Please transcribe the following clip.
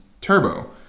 turbo